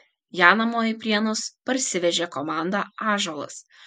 ją namo į prienus parsivežė komanda ąžuolas